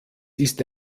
ist